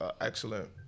excellent